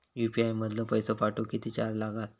UPI मधलो पैसो पाठवुक किती चार्ज लागात?